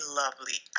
lovely